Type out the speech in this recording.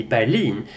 Berlin